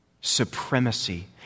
supremacy